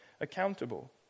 accountable